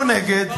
אנחנו נגד.